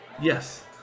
Yes